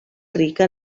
rica